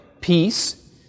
peace